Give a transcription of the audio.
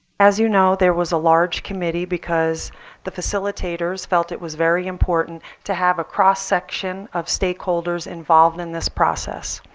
you know there was a large committee because the facilitators felt it was very important to have a cross-section of stakeholders involved in this process.